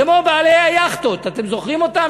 כמו בעלי היאכטות, אתם זוכרים אותם?